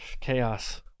chaos